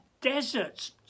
deserts